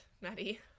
Maddie